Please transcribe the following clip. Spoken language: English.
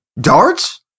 darts